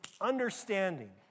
understanding